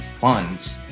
funds